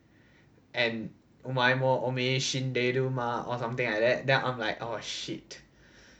and or something like that then I'm like oh shit